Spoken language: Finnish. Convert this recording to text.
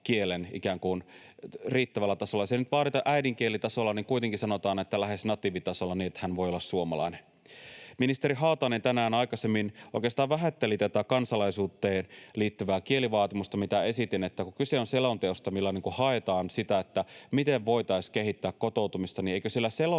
kuin riittävällä tasolla. Jos ei nyt vaadita äidinkielitasolla, niin kuitenkin sanotaan, että lähes natiivitasolla, niin että hän voi olla suomalainen. Ministeri Haatainen tänään aikaisemmin oikeastaan vähätteli tätä kansalaisuuteen liittyvää kielivaatimusta, mitä esitin. Kun kyse on selonteosta, millä haetaan sitä, miten voitaisiin kehittää kotoutumista, niin eikö siellä selonteossa